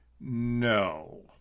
No